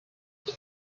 ich